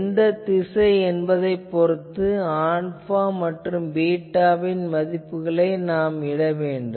எந்த திசை என்பதைப் பொறுத்து ஆல்பா மற்றும் பீட்டாவின் மதிப்புகளை இட வேண்டும்